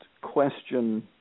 question